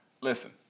Listen